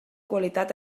qualitat